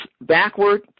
backward